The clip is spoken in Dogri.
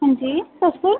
हंजी तुस कु'न